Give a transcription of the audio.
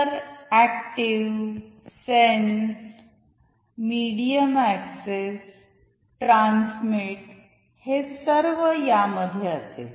तर active sense medium access transmit हे सर्व यामध्यॆ असेल